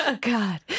God